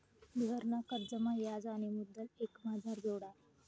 घरना कर्जमा याज आणि मुदल एकमाझार जोडा